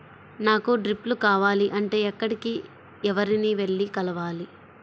నాకు డ్రిప్లు కావాలి అంటే ఎక్కడికి, ఎవరిని వెళ్లి కలవాలి?